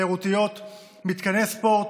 מתקני ספורט,